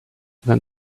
then